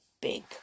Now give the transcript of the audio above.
big